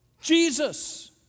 Jesus